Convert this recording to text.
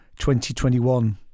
2021